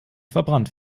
verbrannt